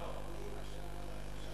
נכון.